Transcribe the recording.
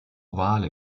wale